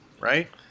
Right